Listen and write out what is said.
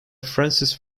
francis